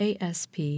asp